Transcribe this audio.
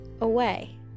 away